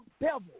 devil